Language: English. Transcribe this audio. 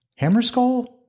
Hammerskull